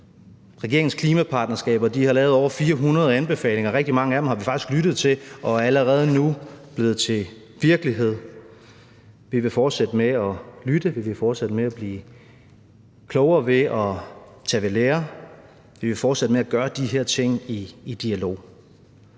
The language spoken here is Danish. Regeringens klimapartnerskaber har lavet over 400 anbefalinger. Rigtig mange af dem har vi faktisk lyttet til og er allerede nu blevet til virkelighed. Vi vil fortsætte med at lytte, vi vil fortsætte med at blive klogere ved at tage ved lære, vi vil fortsætte med at gøre de her ting i dialog.